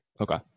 Okay